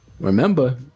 remember